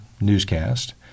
newscast